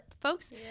folks